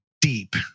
deep